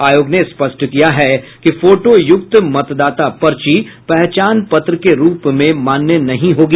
आयोग ने स्पष्ट किया है कि फोटोयुक्त मतदाता पर्ची पहचान पत्र के रूप में मान्य नहीं होगी